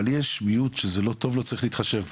אבל יש מיעוט שזה לא טוב לוף, צריך להתחשב בו.